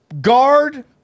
guard